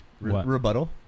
rebuttal